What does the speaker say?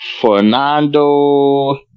Fernando